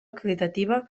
acreditativa